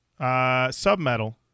Submetal